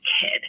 kid